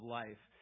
life